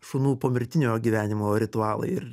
šunų pomirtinio gyvenimo ritualai ir